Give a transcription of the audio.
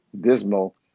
dismal